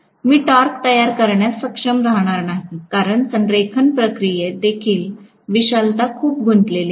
मी torque तयार करण्यास सक्षम राहणार नाही कारण संरेखन प्रक्रियेत देखील विशालता खूप गुंतलेली आहे